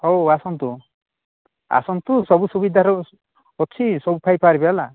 ହଉ ଆସନ୍ତୁ ଆସନ୍ତୁ ସବୁ ସୁବିଧାର ଅଛି ସବୁ ପାଇପାରିବେ